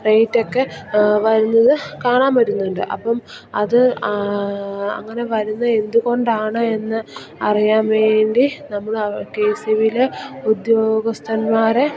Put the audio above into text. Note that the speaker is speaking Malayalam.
റെയ്റ്റൊക്കെ വരുന്നത് കാണാൻ പറ്റുന്നുണ്ട് അപ്പം അത് അങ്ങനെ വരുന്നത് എന്തുകൊണ്ടാണ് എന്ന് അറിയാൻവേണ്ടി നമ്മൾ ആ കെ എസ് ഇ ബിയിലെ ഉദ്യോഗസ്ഥന്മാരെ